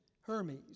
Hermes